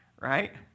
right